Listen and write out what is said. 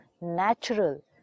natural